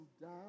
down